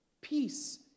Peace